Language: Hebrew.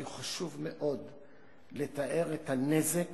כי חשוב מאוד לתאר את הנזק